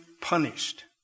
punished